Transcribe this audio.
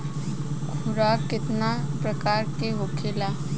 खुराक केतना प्रकार के होखेला?